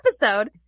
episode